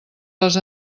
les